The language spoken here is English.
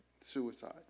suicide